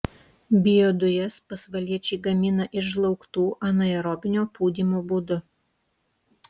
biodujas pasvaliečiai gamina iš žlaugtų anaerobinio pūdymo būdu